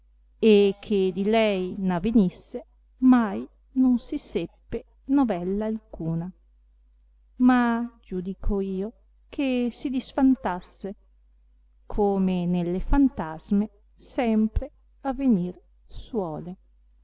e che di lei n avenisse mai non si seppe novella alcuna ma giudico io che si disfantasse come nelle fantasme sempre avenir suole